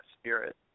spirit